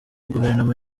guverinoma